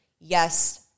Yes